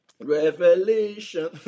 Revelation